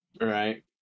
Right